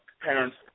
Parents